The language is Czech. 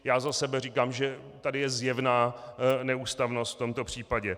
Já za sebe říkám, že tady je zjevná neústavnost v tomto případě.